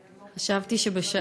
לא?